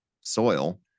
soil